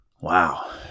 wow